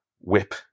whip